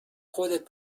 خودت